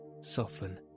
soften